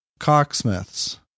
cocksmiths